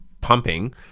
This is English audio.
pumping